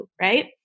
right